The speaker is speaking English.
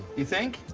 you think.